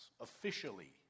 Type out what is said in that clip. officially